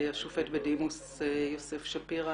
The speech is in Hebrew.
השופט בדימוס יוסף שפירא,